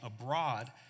abroad